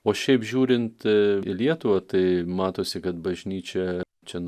o šiaip žiūrint į lietuvą tai matosi kad bažnyčia čia